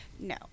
No